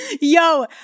Yo